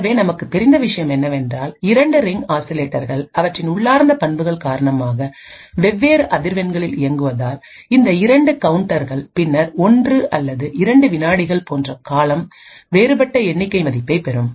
எனவே நமக்குத் தெரிந்த விஷயம் என்னவென்றால்இரண்டு ரிங் ஆசிலேட்டர்கள் அவற்றின் உள்ளார்ந்த பண்புகள் காரணமாக வெவ்வேறு அதிர்வெண்களில் இயங்குவதால் இந்த இரண்டு கவுண்டர்கள் பின்னர் 1 அல்லது 2 வினாடிகள் போன்ற காலம் வேறுபட்ட எண்ணிக்கை மதிப்பைப் பெறும்